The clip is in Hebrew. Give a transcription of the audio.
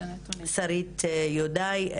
שרית יהודאי,